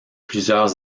plusieurs